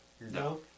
No